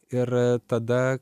ir tada